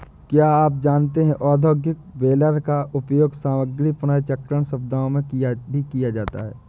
क्या आप जानते है औद्योगिक बेलर का उपयोग सामग्री पुनर्चक्रण सुविधाओं में भी किया जाता है?